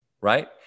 right